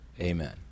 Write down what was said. Amen